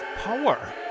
power